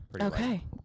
okay